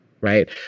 Right